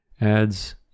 adds